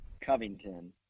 Covington